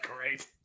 great